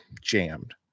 jammed